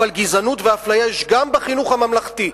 אבל גזענות ואפליה יש גם בחינוך הממלכתי.